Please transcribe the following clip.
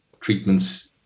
treatments